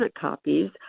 copies